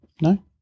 No